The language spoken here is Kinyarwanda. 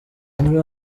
muri